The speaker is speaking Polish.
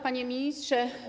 Panie Ministrze!